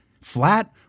flat